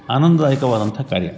ಆನಂದದಾಯಕವಾದಂಥ ಕಾರ್ಯ